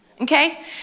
Okay